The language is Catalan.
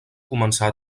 començar